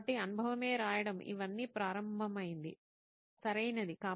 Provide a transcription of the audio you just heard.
కాబట్టి అనుభవమే రాయడం ఇవన్నీ ప్రారంభమైంది సరియైనది